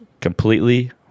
Completely